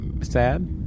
sad